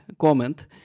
comment